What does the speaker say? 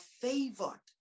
favored